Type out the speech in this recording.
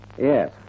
yes